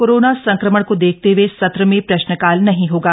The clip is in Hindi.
कोरोना संक्रमण को देखते हए सत्र में प्रश्नकाल नहीं होगा